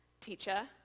Teacher